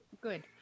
good